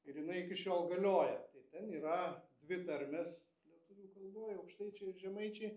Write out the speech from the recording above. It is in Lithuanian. ir jinai iki šiol galioja tai ten yra dvi tarmės lietuvių kalboj aukštaičiai ir žemaičiai